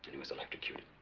he was electrocuted